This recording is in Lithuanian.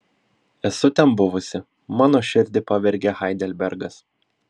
esu ten buvusi mano širdį pavergė heidelbergas